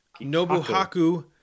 Nobuhaku